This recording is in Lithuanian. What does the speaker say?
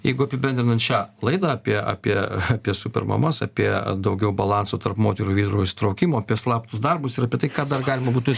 jeigu apibendrinant šią laidą apie apie apie super mamas apie daugiau balanso tarp moterų ir vyrų įsitraukimo apie slaptus darbus ir apie tai ką dar galima būtų